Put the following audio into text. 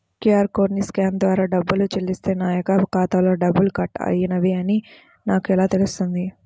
QR కోడ్ని scan ద్వారా డబ్బులు చెల్లిస్తే నా యొక్క ఖాతాలో డబ్బులు కట్ అయినవి అని నాకు ఎలా తెలుస్తుంది?